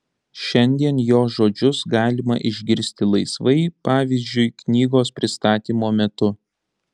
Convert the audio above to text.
šiandien jo žodžius galima išgirsti laisvai pavyzdžiui knygos pristatymo metu